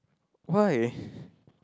why